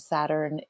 Saturn